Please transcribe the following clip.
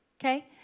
okay